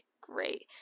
great